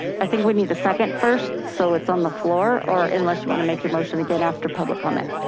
i think we need a second first so it's on the floor, or unless you wanna make your motion again after public comment.